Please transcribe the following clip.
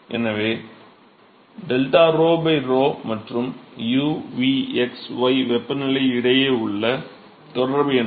எனவே 𝜟 𝞺 𝞺 மற்றும் u v x y வெப்பநிலை இடையே உள்ள தொடர்பு என்ன